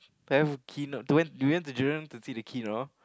then Kino we went to Jurong to see the Kino